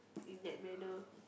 in that manner